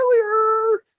earlier